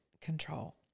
control